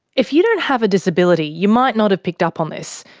if you don't have a disability, you might not have picked up on this,